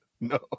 No